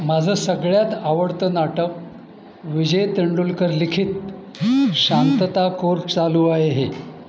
माझं सगळ्यात आवडतं नाटक विजय तेंडुलकर लिखित शांतता कोर्ट चालू आहे हे